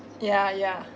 ya ya